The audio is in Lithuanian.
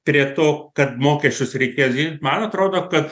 prie to kad mokesčius reikės didint man atrodo kad